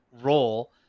role